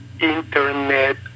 internet